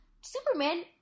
Superman